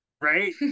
Right